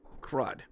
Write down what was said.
Crud